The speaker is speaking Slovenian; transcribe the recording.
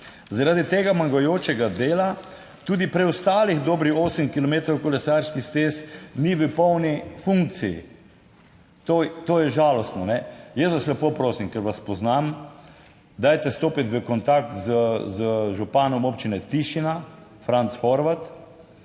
Zaradi tega manjkajočega dela tudi preostalih dobrih 8 kilometrov kolesarskih stez ni v polni funkciji. To je žalostno. Jaz vas lepo prosim, ker vas poznam, dajte stopiti v kontakt z županom občine Tišina, Franc Horvat,